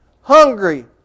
hungry